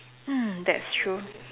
hmm that's true